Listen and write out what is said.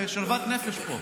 בשלוות נפש פה,